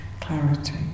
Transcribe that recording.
clarity